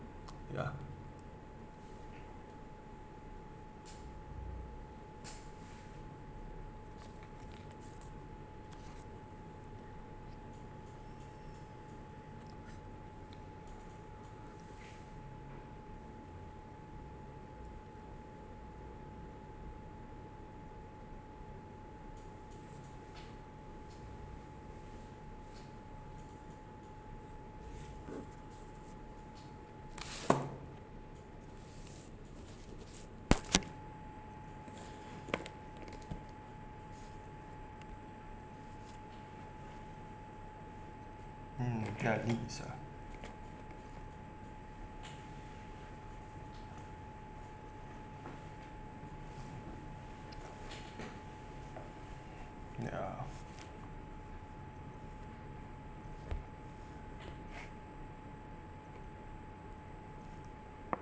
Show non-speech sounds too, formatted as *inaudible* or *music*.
*noise* ya mm ya needs lah ya